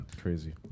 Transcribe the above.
Crazy